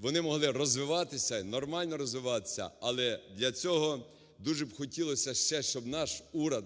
вони могли розвиватися і нормально розвиватися. Але для цього дуже б хотілося ще, щоб наш уряд